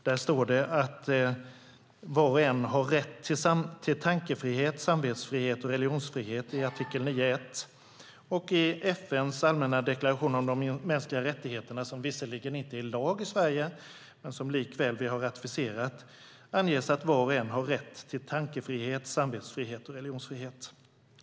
Det står så här: Var och en har rätt till tankefrihet, samvetsfrihet och religionsfrihet - artikel 9.1. I FN:s allmänna deklaration om de mänskliga rättigheterna - som visserligen inte är lag i Sverige men som vi likväl har ratificerat - anges att var och en har rätt till tankefrihet, samvetsfrihet och religionsfrihet.